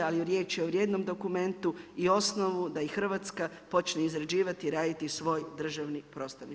Ali riječ je o vrijednom dokumentu i osnovu da i Hrvatska počne izrađivati, raditi svoj državni prostorni plan.